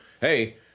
hey